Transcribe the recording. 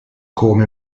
come